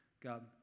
God